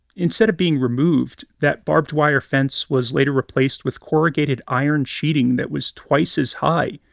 instead of being removed, that barbed wire fence was later replaced with corrugated iron sheeting that was twice as high.